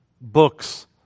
books